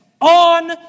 on